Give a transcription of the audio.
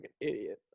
idiot